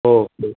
okay